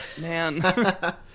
man